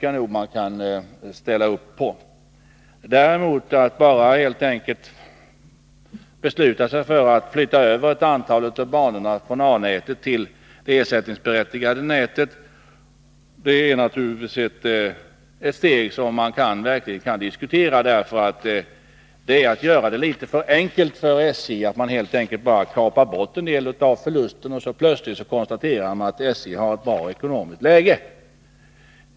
Att bara helt enkelt flytta över ett antal banor från affärsbanenätet till det ersättningsberättigade nätet är däremot ett steg som man verkligen kan diskutera. Man kapar helt enkelt bara bort en del av förlusten och konstaterar att SJ har ett bra ekonomiskt läge.